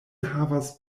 havas